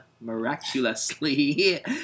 miraculously